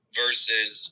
versus